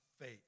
faith